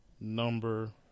number